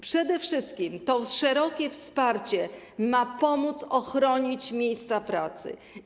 Przede wszystkim to szerokie wsparcie ma pomóc ochronić miejsca pracy.